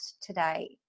today